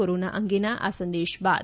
corona અંગેના આ સંદેશ બાદ